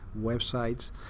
websites